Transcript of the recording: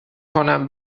کنم